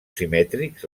simètrics